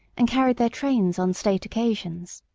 and carried their trains on state occasions.